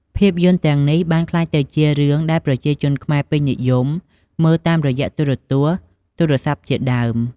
ភាពយន្តទាំងនេះបានក្លាយទៅជារឿងដែរប្រជាជនខ្មែរពេញនិយមមើលតាមរយៈ ទូរទស្សន៍ ទូរស័ព្ទជាដើម ។